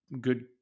good